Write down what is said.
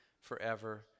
forever